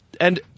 And-